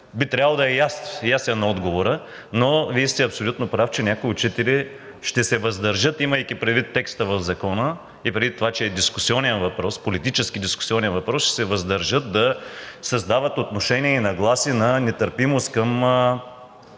би трябвало да е ясен отговорът. Вие сте абсолютно прав, че някои учители, имайки предвид текста в Закона и предвид това, че е политически дискусионен въпрос, ще се въздържат да създават отношение и нагласи на нетърпимост към